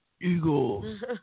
Eagles